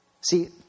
see